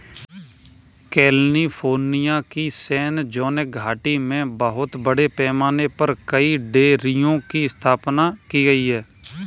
California की San Joaquin घाटी में बहुत बड़े पैमाने पर कई डेयरियों की स्थापना की गई है